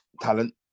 talent